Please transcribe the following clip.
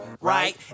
Right